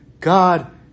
God